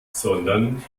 sondern